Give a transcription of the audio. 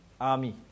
army